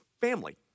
family